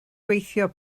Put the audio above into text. gweithio